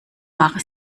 machte